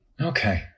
Okay